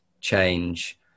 change